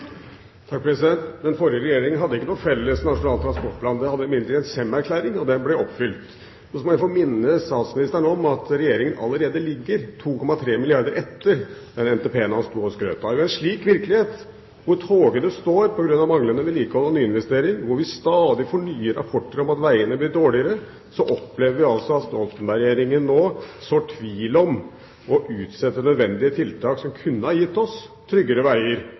må jeg få minne statsministeren om at Regjeringen allerede ligger 2,3 milliarder kr etter den NTP-en han sto og skrøt av. I en slik virkelighet – hvor togene står på grunn av manglende vedlikehold og nyinvesteringer, hvor vi stadig får nye rapporter om at veiene blir dårligere – opplever vi altså at Stoltenberg-regjeringen nå sår tvil om dette og utsetter nødvendige tiltak som kunne ha gitt oss tryggere veier